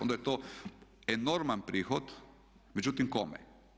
Onda je to enorman prihod, međutim kome?